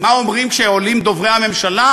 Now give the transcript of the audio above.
מה אומרים כאן דוברי הממשלה?